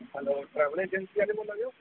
hello travel agency आह्ले बोला दे ओ